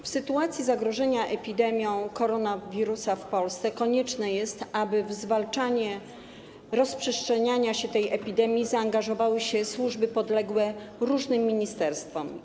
W sytuacji zagrożenia epidemią koronawirusa w Polsce konieczne jest, aby w zwalczanie rozprzestrzeniania się tej epidemii zaangażowały się służby podległe różnym ministerstwom.